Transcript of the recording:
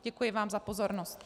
Děkuji vám za pozornost.